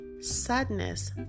sadness